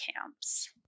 camps